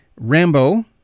Rambo